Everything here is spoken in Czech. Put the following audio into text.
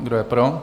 Kdo je pro?